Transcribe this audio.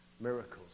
miracles